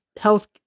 health